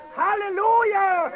hallelujah